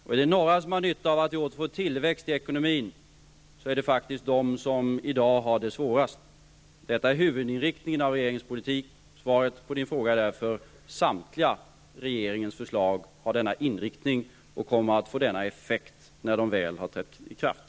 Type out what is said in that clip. Och är det några som har nytta av att vi åter får tillväxt i ekonomin är det faktiskt de som i dag har det svårast. Detta är huvudinriktningen av regeringens politik. Svaret på Mona Sahlins fråga är därför: Samtliga regeringens förslag har denna inriktning och kommer att få nämnda effekt när de väl har förverkligats.